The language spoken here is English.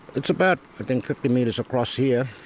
it's about i think fifty metres across here,